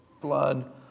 flood